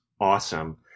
awesome